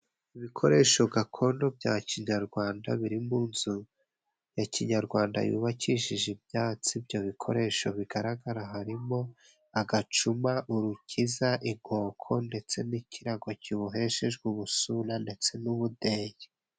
Ibikoresho gakondo bya kinyarwanda biri mu nzu ya kinyarwanda yubakishije ibyatsi, ibyo bikoresho bigaragara, harimo: agacuma, urukiza, inkoko, ndetse n'ikirago kiboheshejwe ubusura ndetse n'ubudeyi.